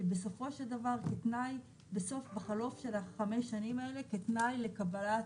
שבסופו של דבר כתנאי בחלוף של ה-5 שנים האלה כתנאי לקבלת